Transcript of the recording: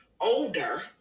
older